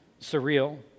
surreal